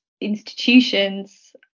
institutions